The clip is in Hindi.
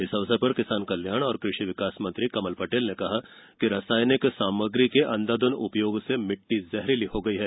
इस अवसर पर किसान कल्याण एवं कृषि विकास मंत्री कमल पटेल रासायनिक सामग्री के अंधाधुंध उपयोग से मिट्टी जहरीली हो गई है